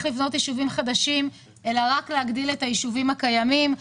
לבנות יישובים חדשים אלא רק להגדיל את היישובים הקיימים.